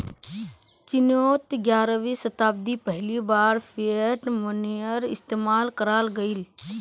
चिनोत ग्यारहवीं शाताब्दित पहली बार फ़िएट मोनेय्र इस्तेमाल कराल गहिल